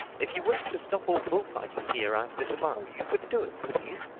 if you wished to stop all bullfighting here after to-morrow, you could do it, couldn't you?